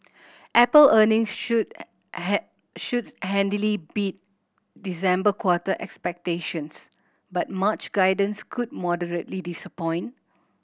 Apple earnings should should handily beat December quarter expectations but March guidance could moderately disappoint